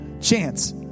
chance